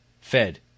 fed